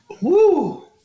woo